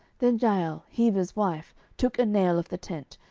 then jael heber's wife took a nail of the tent,